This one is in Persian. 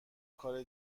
کار